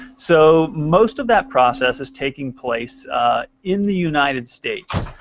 so most of that process is taking place in the united states.